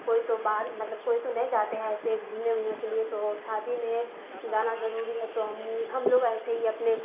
کوئی تو باہر مطلب کوئی تو نہیں جاتے ہیں ایسے گھومنے وومنے کے لیے تو شادی میں جانا ضروری ہے تو ہم ہم لوگ ایسے ہی اپنے